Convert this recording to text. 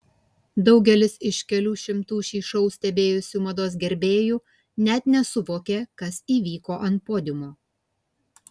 daugelis iš kelių šimtų šį šou stebėjusių mados gerbėjų net nesuvokė kas įvyko ant podiumo